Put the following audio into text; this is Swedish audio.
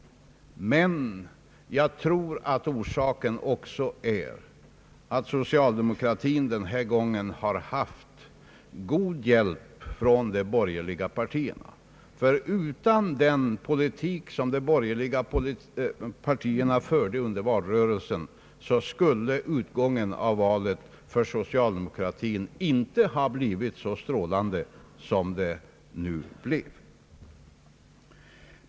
Men jag tror att en orsak också är att socialdemokratin denna gång haft god hjälp från de borgerliga partierna. Utan den politik som de borgerliga partierna förde under valrörelsen skulle utgången av valet för socialdemokratin inte ha blivit så strålande som den nu blev.